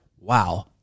wow